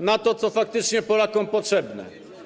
na to, co faktycznie Polakom potrzebne.